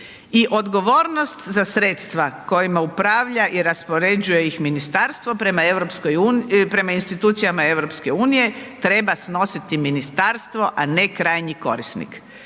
i odgovornost za sredstava kojima upravlja i raspoređuje ih ministarstvo prema institucijama EU treba snositi ministarstvo, a ne krajnji korisnik.